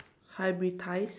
hybridize